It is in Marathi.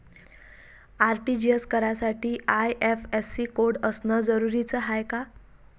आर.टी.जी.एस करासाठी आय.एफ.एस.सी कोड असनं जरुरीच हाय का?